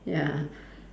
ya